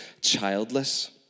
childless